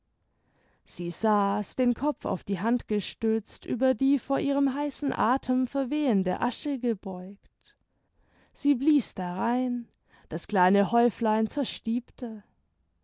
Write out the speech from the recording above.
sie saß den kopf auf die hand gestützt über die vor ihrem heißen athem verwehende asche gebeugt sie blies darein das kleine häuflein